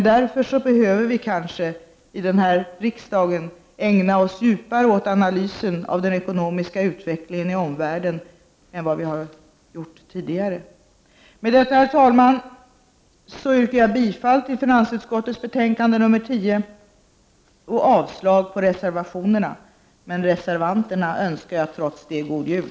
Därför behöver vi framöver i riksdagen ägna oss djupare åt analysen av den ekonomiska utvecklingen i omvärlden än vi har gjort tidigare. Med detta, herr talman, yrkar jag bifall till finansutskottets hemställan i betänkande 10 och avslag på reservationerna. Men reservanterna önskar jag trots det god jul.